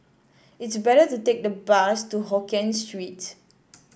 it's better to take the bus to Hokkien Street